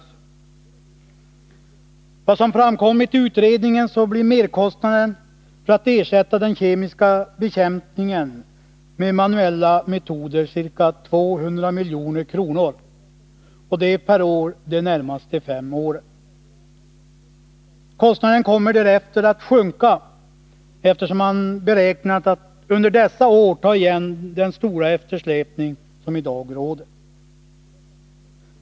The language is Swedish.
Enligt vad som framkommit i utredningen blir merkostnaden för att ersätta den kemiska bekämpningen med manuella metoder ca 200 milj.kr. per år de närmaste fem åren. Kostnaden kommer därefter att sjunka, eftersom man räknat med att under dessa år ta igen den stora eftersläpning som i dag råder.